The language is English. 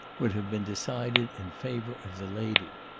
would have been decided in favour of the lady.